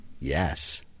Yes